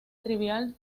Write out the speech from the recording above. trivial